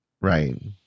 Right